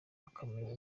akamenya